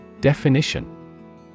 Definition